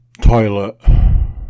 toilet